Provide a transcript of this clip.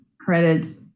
credits